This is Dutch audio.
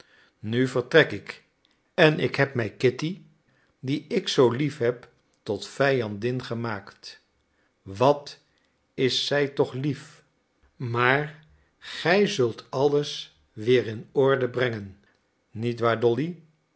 nu vertrek ik en ik heb mij kitty die ik zoo lief heb tot vijandin gemaakt wat is zij toch lief maar gij zult alles weer in orde brengen niet waar dolly